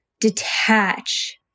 detach